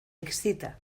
excita